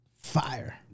Fire